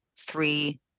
three